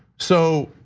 so,